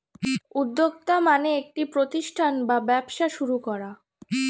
উদ্যোক্তা মানে একটি প্রতিষ্ঠান বা ব্যবসা শুরু করা